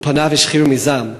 ופניו השחירו מזעם.